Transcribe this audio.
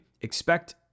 expect